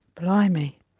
Blimey